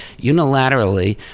unilaterally